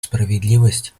справедливость